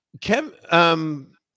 Kim